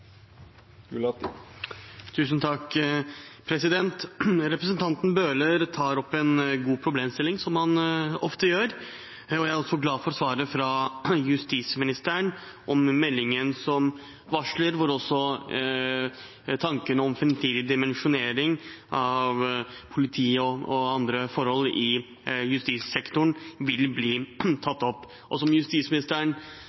Representanten Bøhler tar opp en god problemstilling, som han ofte gjør. Jeg er glad for svaret fra justisministeren om meldingen som varsles, hvor framtidig dimensjonering av politiet og andre forhold i justissektoren vil bli